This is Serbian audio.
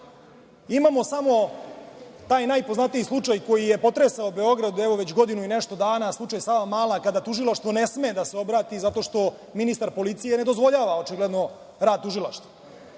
Imamo samo taj najpoznatiji slučaj koji je potresao Beograd, evo već godinu i nešto dana, slučaj „Savamala“, kada tužilaštvo ne sme da se obrati zato što ministar policije ne dozvoljava, očigledno, rad tužilaštva.